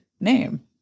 name